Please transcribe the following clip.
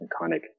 iconic